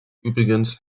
übrigens